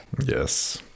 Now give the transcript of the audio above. Yes